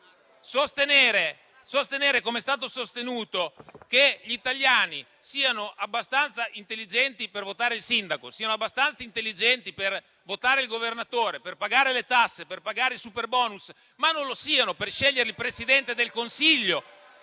sostenere, come è stato fatto, che gli italiani siano abbastanza intelligenti per votare il sindaco, per votare il governatore, per pagare le tasse, per pagare il superbonus, ma non lo siano per scegliere il Presidente del Consiglio